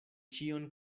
ĉion